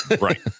right